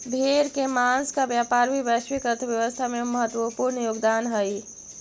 भेड़ के माँस का व्यापार भी वैश्विक अर्थव्यवस्था में महत्त्वपूर्ण योगदान हई